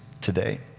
today